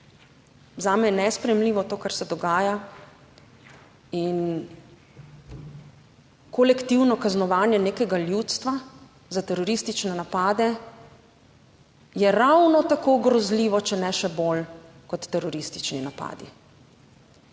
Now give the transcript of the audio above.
zame je nesprejemljivo to, kar se dogaja in kolektivno kaznovanje nekega ljudstva za teroristične napade je ravno tako grozljivo, če ne še bolj, kot teroristični napadi.